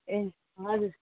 ए हजुर